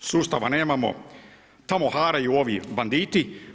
Sustava nemamo, tamo haraju ovi banditi.